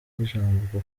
ijambo